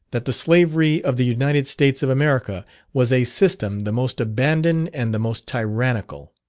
that the slavery of the united states of america was a system the most abandoned and the most tyrannical.